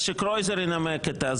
אבל פוגל הסמיך את קרויזר לנמק בשמו.